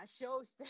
shows